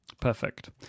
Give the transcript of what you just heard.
Perfect